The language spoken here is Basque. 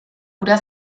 ura